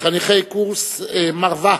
חניכי קורס "מרווה"